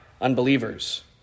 unbelievers